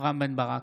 רם בן ברק,